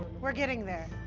we're getting there.